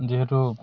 যিহেতু